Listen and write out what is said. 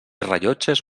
rellotges